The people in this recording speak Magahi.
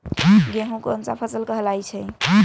गेहूँ कोन सा फसल कहलाई छई?